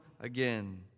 again